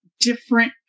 different